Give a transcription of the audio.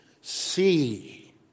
see